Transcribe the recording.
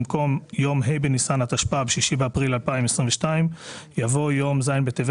במקום "יום ה' בניסן התשפ"ב (6 באפריל 2022)" יבוא "יום ז' בטבת